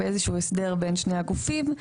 באיזשהו הסדר בין שני הגופים.